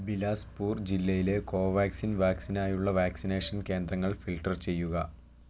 ബിലാസ്പൂർ ജില്ലയിലെ കോവാക്സിൻ വാക്സിനായുള്ള വാക്സിനേഷൻ കേന്ദ്രങ്ങൾ ഫിൽട്ടർ ചെയ്യുക